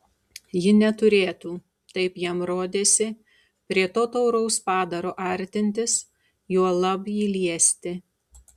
ji neturėtų taip jam rodėsi prie to tauraus padaro artintis juolab jį liesti